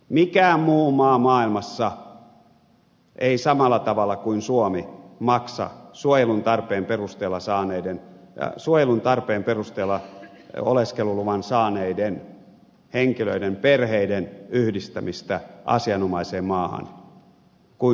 mikään muu maa maailmassa ei samalla tavalla kuin suomi maksa suojelun tarpeen perusteella oleskeluluvan saaneiden henkilöiden perheiden yhdistämistä asianomaiseen maahan kuin suomi